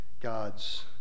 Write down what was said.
God's